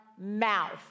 mouth